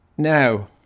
now